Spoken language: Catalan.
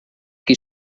qui